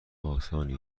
آسانی